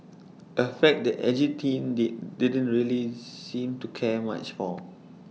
A fact that edgy teen did didn't really seem to care much for